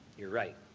you're right.